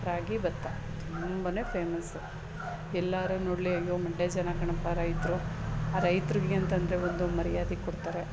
ರಾಗಿ ಭತ್ತ ತುಂಬನೇ ಫೇಮಸ್ಸು ಎಲ್ಲರೂ ನೋಡಲಿ ಅಯ್ಯೋ ಮಂಡ್ಯದ ಜನ ಕಣಪ್ಪಾ ರೈತರು ಆ ರೈತರಿಗೆ ಅಂತ ಅಂದ್ರೆ ಒಂದು ಮರ್ಯಾದೆ ಕೊಡ್ತಾರೆ